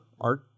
art